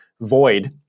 void